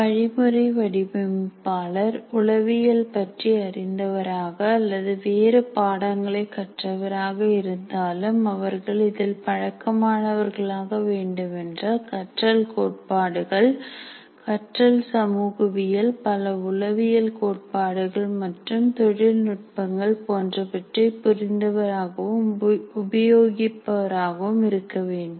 வழிமுறை வடிவமைப்பாளர் உளவியல் பற்றி அறிந்தவராக அல்லது வேறு பாடங்களை கற்றவராக இருந்தாலும் அவர்கள் இதில் பழக்கமானவர் ஆக வேண்டுமென்றால் கற்றல் கோட்பாடுகள் கற்றல் சமூகவியல் பல உளவியல் கோட்பாடுகள் மற்றும் தொழில்நுட்பங்கள் போன்றவற்றை புரிந்தவர் ஆகவும் உபயோகிப்பவராக இருக்க வேண்டும்